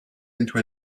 into